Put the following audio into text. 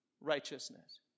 righteousness